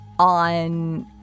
on